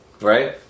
right